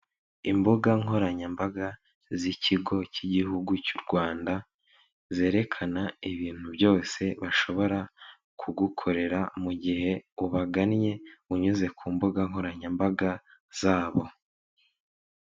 Imbuga nkoranyambaga z'ikigo cy'igihugu cy'u Rwanda zerekana ibintu byose bashobora kugukorera mu gihe ubagannye unyuze ku mbuga nkoranyambaga zabo.